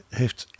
...heeft